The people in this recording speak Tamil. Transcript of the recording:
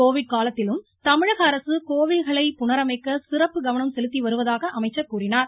கோவிட் காலத்திலும் தமிழக அரசு கோவில்களை புனரமைக்க சிறப்பு கவனம் செலுத்தி வருவதாகக் கூறினார்